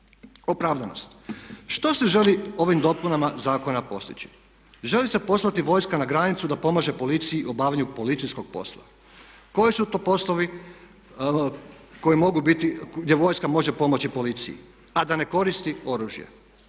Opravdanost, što se želi ovim dopunama zakona postići? Želi se poslati vojska na granicu da pomaže policiji u obavljanju policijskog posla. Koji su to poslovi koji mogu biti, gdje vojska može pomoći policiji a da ne koristi oružje?